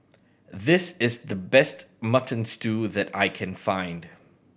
this is the best Mutton Stew that I can find